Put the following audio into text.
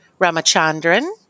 Ramachandran